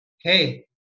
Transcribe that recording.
hey